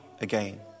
again